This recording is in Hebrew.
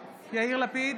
לפיד,